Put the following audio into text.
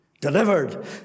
delivered